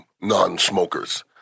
non-smokers